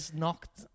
knocked